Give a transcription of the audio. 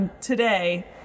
today